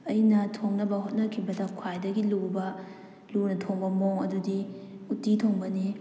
ꯑꯩꯅ ꯊꯣꯡꯅꯕ ꯍꯣꯠꯅꯈꯤꯕꯗ ꯈ꯭ꯋꯥꯏꯗꯒꯤ ꯂꯨꯕ ꯂꯨꯅ ꯊꯣꯡꯕ ꯃꯑꯣꯡ ꯑꯗꯨꯗꯤ ꯎꯇꯤ ꯊꯣꯡꯕꯅꯤ